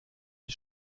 die